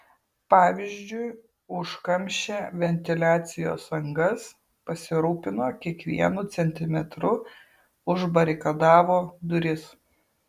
pavyzdžiui užkamšė ventiliacijos angas pasirūpino kiekvienu centimetru užbarikadavo duris